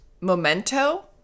Memento